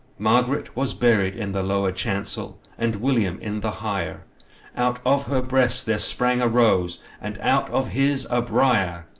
margaret was buryed in the lower chancel, and william in the higher out of her brest there sprang a rose, and out of his a briar.